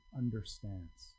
understands